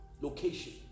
location